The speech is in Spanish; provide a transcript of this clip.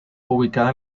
ubicada